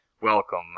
welcome